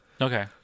Okay